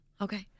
Okay